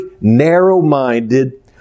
narrow-minded